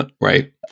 Right